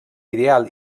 ideal